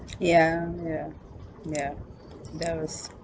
ya ya ya that was